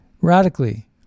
Radically